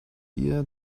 ihr